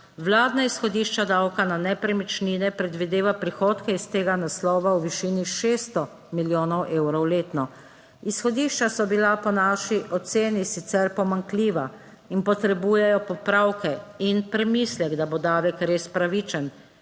Vladna izhodišča davka na nepremičnine predvideva prihodke iz tega naslova v višini 600 milijonov evrov letno. Izhodišča so bila po naši oceni sicer pomanjkljiva in potrebujejo popravke in premislek, da bo davek res pravičen,